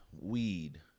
weed